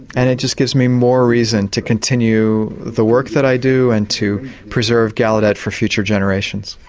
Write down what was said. and it just gives me more reason to continue the work that i do and to preserve gallaudet for future generations.